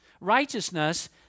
righteousness